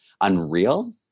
unreal